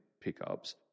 pickups